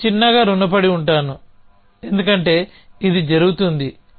నేను చిన్నగా రుణపడి ఉంటాను ఎందుకంటే ఇది జరుగుతుంది